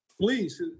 please